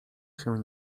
się